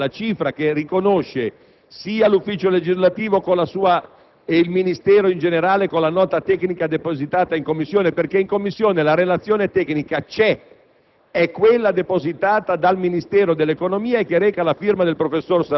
sotto il profilo della competenza, la copertura è perfettamente corretta; la cifra che riconosce sia l'ufficio legislativo - e il Ministero in generale - con la nota tecnica depositata in Commissione è 326 milioni di euro. In Commissione, infatti, la relazione tecnica c'è;